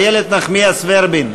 איילת נחמיאס ורבין,